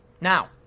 Now